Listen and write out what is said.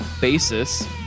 Basis